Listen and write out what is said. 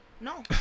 No